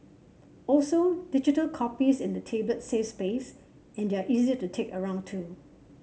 also digital copies in a tablet save space and they are easier to take around too